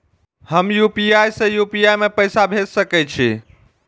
हम यू.पी.आई से यू.पी.आई में पैसा भेज सके छिये?